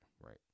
right